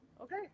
Okay